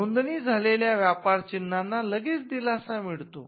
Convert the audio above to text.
नोंदणी झालेल्या व्यापार चिन्हांना लगेच दिलासा मिळत असतो